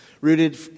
rooted